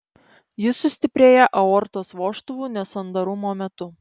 ji sustiprėja aortos vožtuvų nesandarumo metu